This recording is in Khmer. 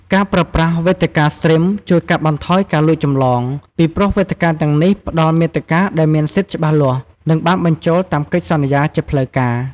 ការប្រើប្រាស់វេទិកាស្ទ្រីមជួយកាត់បន្ថយការលួចចម្លង ពីព្រោះវេទិកាទាំងនេះផ្តល់មាតិកាដែលមានសិទ្ធិច្បាស់លាស់ និងបានបញ្ចូលតាមកិច្ចសន្យាជាផ្លូវការ។